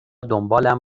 دنبالم